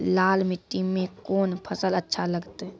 लाल मिट्टी मे कोंन फसल अच्छा लगते?